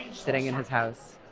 sitting in his house.